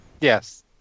Yes